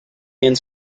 and